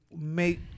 make